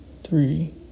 three